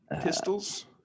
pistols